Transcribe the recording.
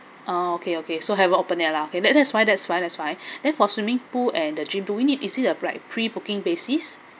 ah okay okay so haven't open yet lah okay that that's fine that's fine that's fine then for swimming pool and the gym do we need is it uh like pre booking basis